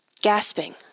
gasping